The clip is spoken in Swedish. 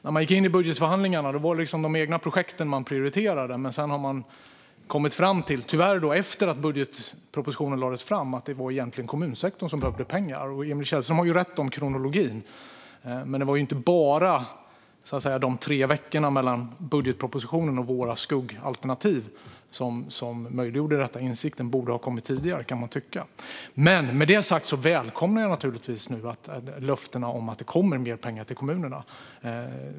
När man gick in i budgetförhandlingarna prioriterade man de egna projekten, men sedan - tyvärr efter att budgetpropositionen hade lagts fram - har man kommit fram till att det egentligen är kommunsektorn som behöver pengar. Emil Källström har rätt i fråga om kronologin. Men det var inte bara de tre veckorna mellan att budgetpropositionen och våra skuggalternativ lades fram som möjliggjorde detta. Insikten borde ha kommit tidigare. Med det sagt välkomnar jag löftena om att det kommer mer pengar till kommunerna.